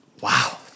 Wow